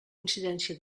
incidència